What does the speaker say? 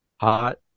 hot